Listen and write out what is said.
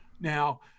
Now